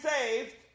saved